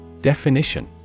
Definition